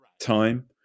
time